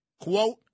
quote